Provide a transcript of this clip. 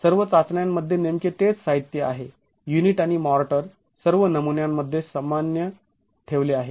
सर्व चाचण्यांमध्ये नेमके तेच साहित्य आहे युनिट आणि मॉर्टर सर्व नमुन्यांमध्ये सामान्य ठेवले आहे